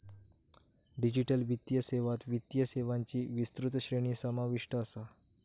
digital वित्तीय सेवात वित्तीय सेवांची विस्तृत श्रेणी समाविष्ट असा